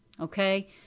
okay